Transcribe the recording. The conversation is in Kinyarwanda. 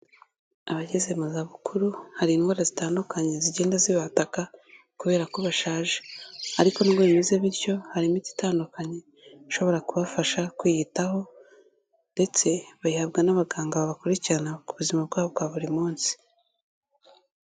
Abageze mu zabukuru, hari indwara zitandukanye zigenda zibataka kubera ko bashaje ariko nubwo bimeze bityo, hari imiti itandukanye ishobora kubafasha kwiyitaho ndetse bayihabwa n'abaganga babakurikirana ku buzima bwabo bwa buri munsi.